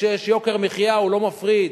וכשיש יוקר מחיה הוא לא מפריד,